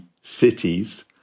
cities